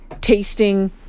tasting